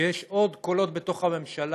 כשיש עוד קולות בתוך הממשלה,